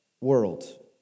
world